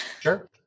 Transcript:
Sure